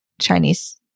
Chinese